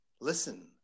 listen